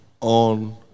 on